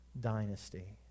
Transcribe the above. dynasty